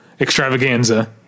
extravaganza